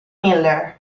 miller